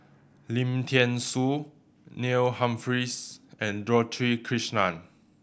Lim Thean Soo Neil Humphreys and Dorothy Krishnan